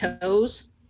toes